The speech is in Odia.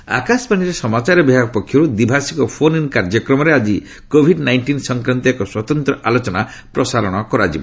ମଷ୍ଟ ଆନାଉନ୍ସ ମେଣ୍ଟ ଆକାଶବାଣୀର ସମାଚାର ବିଭାଗ ପକ୍ଷରୁ ଦ୍ୱିଭାଷୀକ ଫୋନ୍ ଇନ୍ କାର୍ଯ୍ୟକ୍ରମରେ ଆଜି କୋଭିଡ୍ ନାଇଷ୍ଟିନ୍ ସଂକ୍ରାନ୍ତୀୟ ଏକ ସ୍ୱତନ୍ତ୍ର ଆଲୋଚନା ପ୍ରସାରଣ କରାଯିବ